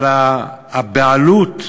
אבל הבעלות הפלסטינית,